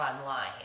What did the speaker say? online